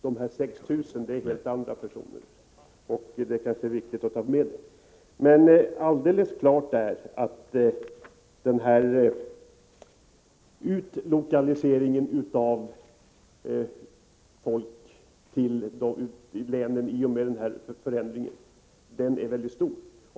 Siffran 6 000 avser helt andra personer, och det är därför inte riktigt att ta med den. Alldeles klart är att utlokaliseringen av folk ute i länen i och med denna förändring är väldigt stor.